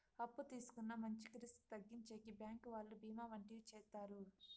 అప్పు తీసుకున్న మంచికి రిస్క్ తగ్గించేకి బ్యాంకు వాళ్ళు బీమా వంటివి చేత్తారు